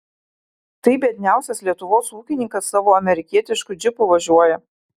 tai biedniausias lietuvos ūkininkas savo amerikietišku džipu važiuoja